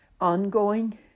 ongoing